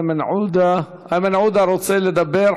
איימן עודה, רוצה לדבר?